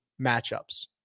matchups